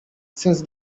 since